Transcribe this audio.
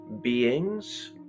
beings